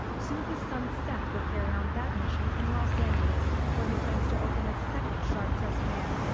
soon, his son seth will carry on that mission in los angeles, where he plans to open a second sharp dressed man.